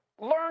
Learn